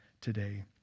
today